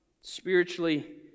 spiritually